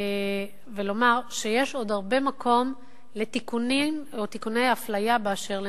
לומר שיש עוד הרבה מקום לתיקונים או תיקוני אפליה באשר לנשים.